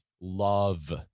Love